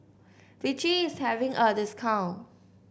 vichy is having a discount